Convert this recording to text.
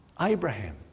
Abraham